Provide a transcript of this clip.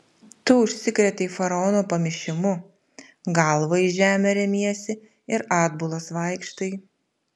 tu užsikrėtei faraono pamišimu galva į žemę remiesi ir atbulas vaikštai